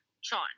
Sean